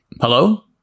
Hello